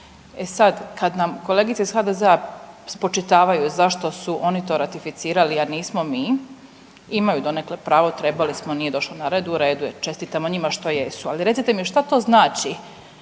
E sad kad nam kolegice iz HDZ-a spočitavaju zašto su oni to ratificirali, a nismo mi, imaju donekle pravo, trebali smo, nije došlo na red, u redu je, čestitamo njima što jesu. Ali recite mi šta to znači